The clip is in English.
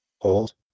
Hold